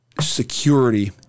security